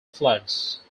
floods